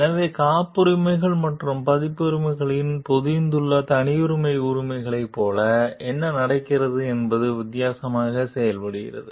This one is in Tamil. எனவே காப்புரிமைகள் மற்றும் பதிப்புரிமைகளில் பொதிந்துள்ள தனியுரிம உரிமைகளைப் போல என்ன நடக்கிறது என்பது வித்தியாசமாக செயல்படுகிறது